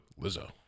Lizzo